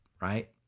Right